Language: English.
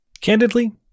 Candidly